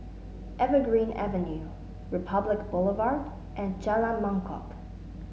Evergreen Avenue Republic Boulevard and Jalan Mangkok